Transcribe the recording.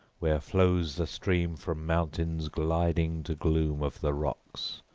where flows the stream from mountains gliding to gloom of the rocks,